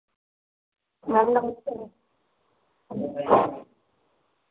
ma'am नमस्ते